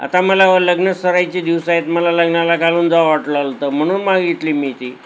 आता मला लग्नसराईचे दिवस आहेत मला लग्नाला घालून जा वाटलं तर म्हणून मागितली मी ती